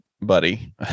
buddy